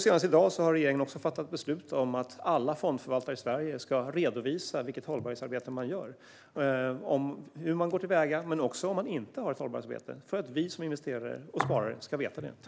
Senast i dag fattade regeringen beslut om att alla fondförvaltare i Sverige ska redovisa vilket hållbarhetsarbete man gör och hur man går till väga men också om man inte har ett hållbarhetsarbete, för att vi som investerare och sparare ska veta det.